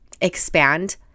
expand